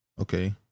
Okay